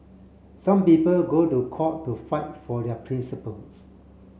some people go to court to fight for their principles